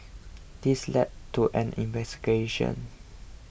this led to an investigation